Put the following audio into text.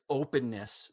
openness